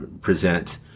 present